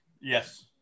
Yes